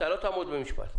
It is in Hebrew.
אתה לא תעמוד במשפט.